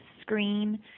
screen